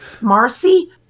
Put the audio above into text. Marcy